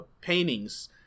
paintings